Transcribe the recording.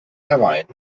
herein